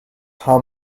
how